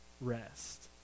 rest